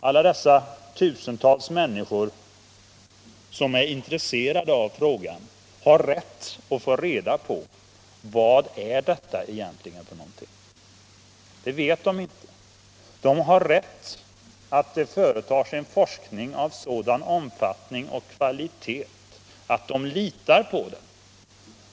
Alla de tusentals människor som är intresserade av THX har rätt att få reda på vad det egentligen är fråga om, vilket de inte vet nu. De har rätt att kräva att det företas en forskning av sådan omfattning och kvalitet att de kan lita på den.